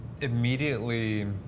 immediately